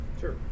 Sure